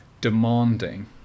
demanding